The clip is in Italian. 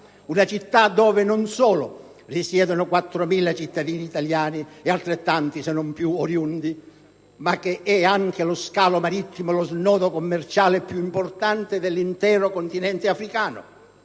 una città dove non solo risiedono 4.000 cittadini italiani e altrettanti, se non più, oriundi, ma che è anche lo scalo marittimo e lo snodo commerciale più importante dell'intero continente africano;